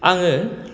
आङो